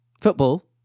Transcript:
football